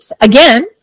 again